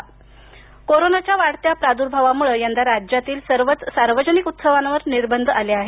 दहीहंडी कोरोनाच्या वाढत्या प्राद्भावामुळे यंदा राज्यातील सर्वच सार्वजनिक उत्सवांवर निर्बंध आले आहेत